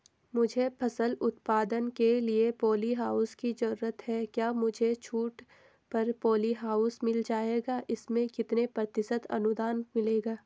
मुझे फसल उत्पादन के लिए प ॉलीहाउस की जरूरत है क्या मुझे छूट पर पॉलीहाउस मिल जाएगा इसमें कितने प्रतिशत अनुदान मिलेगा?